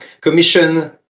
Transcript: commission